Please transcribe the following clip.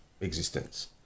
existence